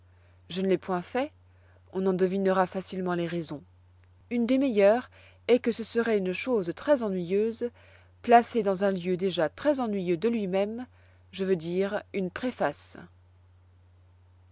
je ne l'ai point fait on en devinera facilement les raisons une des meilleures est que ce serait une chose très ennuyeuse placée dans un lieu déjà très ennuyeux de lui-même je veux dire une préface